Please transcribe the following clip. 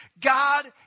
God